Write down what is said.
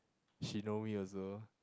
she know me also